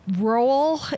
role